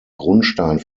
grundstein